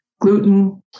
gluten